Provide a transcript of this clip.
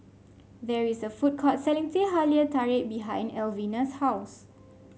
there is a food court selling Teh Halia Tarik behind Alvina's house